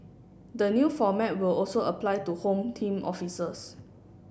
the new format will also apply to Home Team officers